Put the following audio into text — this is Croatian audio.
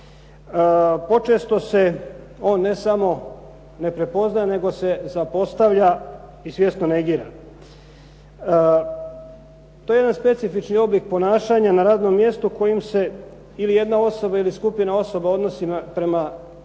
Počesto se on, ne samo ne prepoznaje, nego se zapostavlja i svjesno negira. To je jedan specifični oblik ponašanja na radnom mjestu kojim se, ili jedna osoba ili skupina osoba odnosi prema nekakvoj,